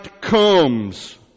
comes